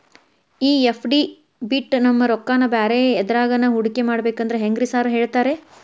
ಈ ಎಫ್.ಡಿ ಬಿಟ್ ನಮ್ ರೊಕ್ಕನಾ ಬ್ಯಾರೆ ಎದ್ರಾಗಾನ ಹೂಡಿಕೆ ಮಾಡಬೇಕಂದ್ರೆ ಹೆಂಗ್ರಿ ಸಾರ್ ಹೇಳ್ತೇರಾ?